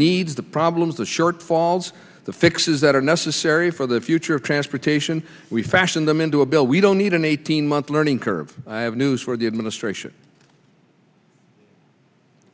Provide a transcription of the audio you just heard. need the problems the shortfalls the fixes that are necessary for the future of transportation we fashion them into a bill we don't need an eighteen month learning curve i have news for the administration